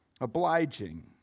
obliging